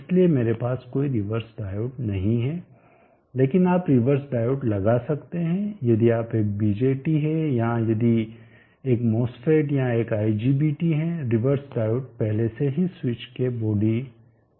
इसलिए मेरे पास कोई रिवर्स डायोड नहीं है लेकिन आप रिवर्स डायोड लगा सकते है यदि यह एक BJT है या यदि यह एक MOSFET या एक IGBT है रिवर्स डायोड पहले से ही स्विच के बॉडी में इनबिल्ट है